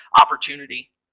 opportunity